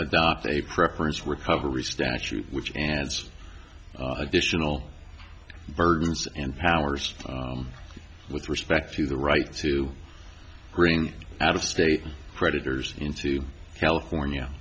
adopt a preference recovery statute which has additional burdens and powers with respect to the right to bring out of state predators into california